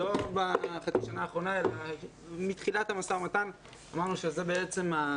לא בחצי השנה הראשונה אלא מתחילת המשא ומתן כאשר אמרנו שזה תפוח